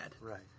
Right